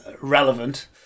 relevant